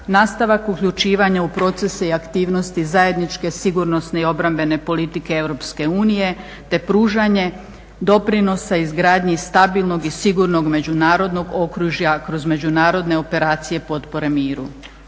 nastavak uključivanja u procese i aktivnosti zajedničke sigurnosne i obrambene politike Europske unije te pružanje doprinosa izgradnji stabilnost i sigurnog međunarodnog okružja kroz međunarodne operacije potpore miru.